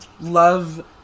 love